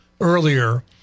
earlier